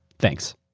thanks.